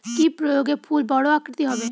কি প্রয়োগে ফুল বড় আকৃতি হবে?